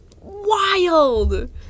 wild